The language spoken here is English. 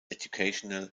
educational